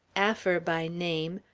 affer by name,